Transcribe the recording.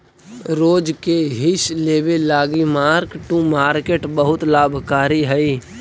रोज के हिस लेबे लागी मार्क टू मार्केट बहुत लाभकारी हई